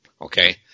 Okay